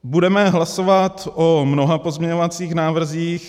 Budeme hlasovat o mnoha pozměňovacích návrzích.